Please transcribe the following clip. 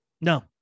No